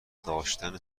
داشتن